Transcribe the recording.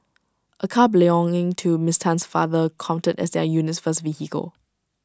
A car belonging to miss Tan's father counted as their unit's first vehicle